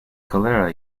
kolera